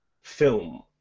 film